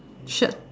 shirt